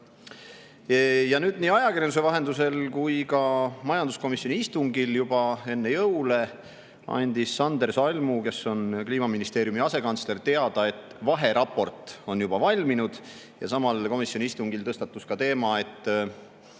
Nüüd, nii ajakirjanduse vahendusel kui ka majanduskomisjoni istungil juba enne jõule andis Sander Salmu, kes on Kliimaministeeriumi asekantsler, teada, et vaheraport on juba valminud. Ja samal komisjoni istungil tõstatus teema, et